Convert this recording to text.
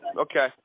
Okay